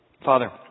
Father